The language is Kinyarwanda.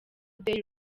day